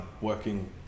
working